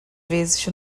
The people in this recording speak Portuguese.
vezes